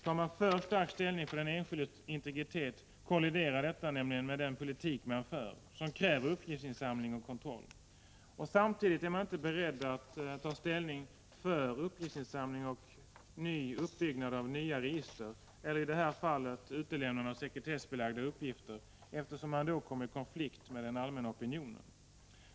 Tar man för stark ställning för den enskildes integritet kolliderar detta nämligen med den politik man fört, som kräver uppgiftsinsamling och kontroll. Samtidigt är man inte beredd att ta ställning för uppgiftsinsamling och uppbyggnad av nya register — eller i det här fallet utelämnande av sekretessbelagda uppgifter — eftersom man då kommer i konflikt med den allmänna opinionen.